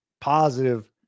positive